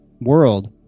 world